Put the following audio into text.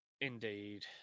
indeed